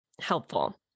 helpful